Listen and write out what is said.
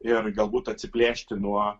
ir galbūt atsiplėšti nuo